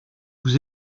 vous